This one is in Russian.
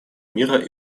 мира